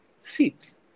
seats